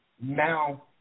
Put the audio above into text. now